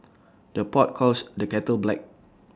the pot calls the kettle black